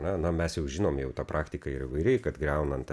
na na mes jau žinom jau ta praktika ir įvairi kad griaunant